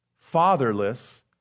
fatherless